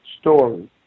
story